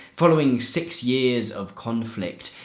following six years of conflict,